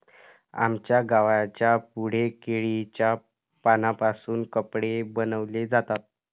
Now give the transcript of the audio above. आमच्या गावाच्या पुढे केळीच्या पानांपासून कपडे बनवले जातात